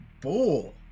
Bull